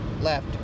left